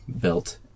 built